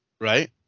Right